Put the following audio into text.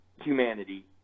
humanity